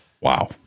Wow